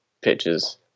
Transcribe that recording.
pitches